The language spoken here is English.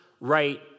right